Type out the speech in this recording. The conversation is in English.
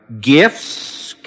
gifts